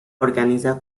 organiza